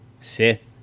Sith